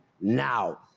now